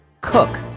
cook